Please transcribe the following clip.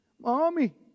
mommy